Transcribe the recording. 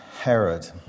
Herod